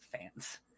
fans